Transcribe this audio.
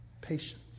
Patience